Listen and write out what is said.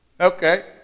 Okay